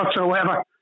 whatsoever